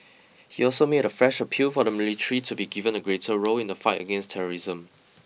he also made a fresh appeal for the military to be given a greater role in the fight against terrorism